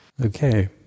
Okay